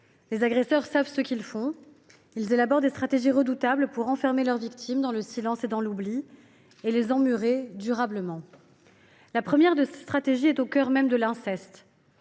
Les agresseurs savent ce qu’ils font : ils élaborent des stratégies redoutables pour enfermer leurs victimes dans le silence et dans l’oubli, et les y emmurer durablement. La première de ces stratégies est au cœur même de l’inceste.